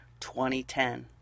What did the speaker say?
2010